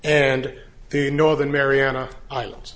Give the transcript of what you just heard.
and the northern mariana islands